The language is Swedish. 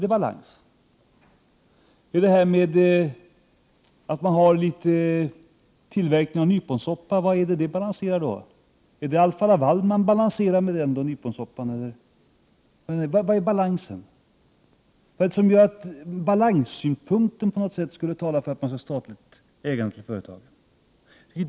Eller är den tillverkning av nyponsoppa som staten bedriver till för att balansera Alfa-Laval? Vad är det som gör att balanssynpunkten på något sätt skulle tala för statligt ägande av företagen?